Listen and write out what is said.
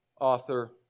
author